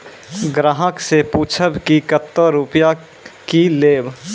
ग्राहक से पूछब की कतो रुपिया किकलेब?